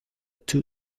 two